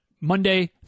Monday